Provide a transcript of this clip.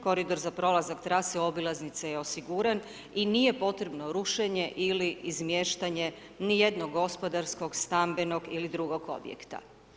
Koridor za prolazak trase obilaznice je osiguran i nije potrebno rušenje ili izmještanje ni jednog gospodarskog, stambenog ili drugog objekta.